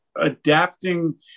adapting